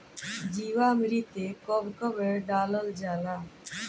जीवामृत कब कब डालल जाला?